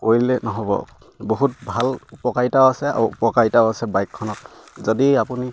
কৰিলে নহ'ব বহুত ভাল উপকাৰিতাও আছে আৰু অপকাৰিতাও আছে বাইকখনত যদি আপুনি